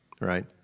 right